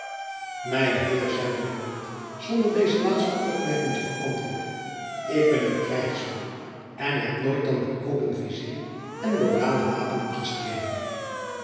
mijn heer zeide buat zonder deze laatste opmerking te beantwoorden ik ben een krijgsman en heb nooit dan met open vizier en loyale wapenen gestreden